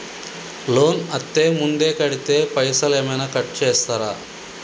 Loan అత్తే ముందే కడితే పైసలు ఏమైనా కట్ చేస్తరా?